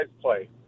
play